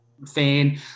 fan